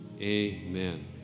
Amen